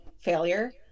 failure